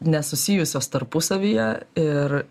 nesusijusios tarpusavyje ir